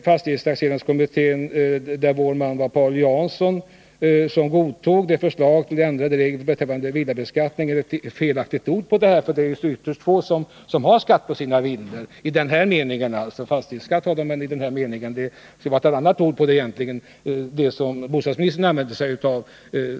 Fastighetstaxeringskommittén, där vår man var Paul Jansson, godtog det förslag som fanns beträffande villabeskattningen. Men villabeskattning är ett felaktigt ord, eftersom det är ytterst få som har skatt på sina villor i den mening som här avses. Det borde egentligen vara ett annat ord på detta, det som bostadsministern använde sig av.